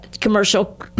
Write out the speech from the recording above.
commercial